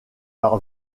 par